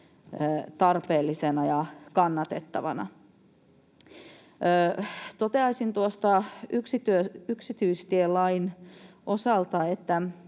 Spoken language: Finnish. tarpeellisena ja kannatettavana. Toteaisin yksityistielain osalta, että